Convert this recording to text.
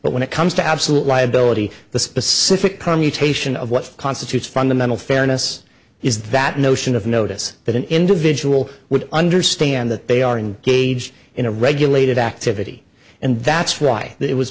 but when it comes to absolute liability the specific permutation of what constitutes fundamental fairness is that notion of notice that an individual would understand that they are in gage in a regulated activity and that's why it was